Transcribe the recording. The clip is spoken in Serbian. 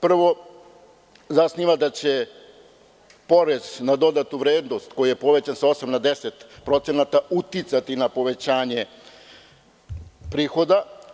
Prvo, zasniva da će porez na dodatu vrednost koja je povećanja sa 8% na 10% uticati na povećanje prihoda.